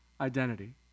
identity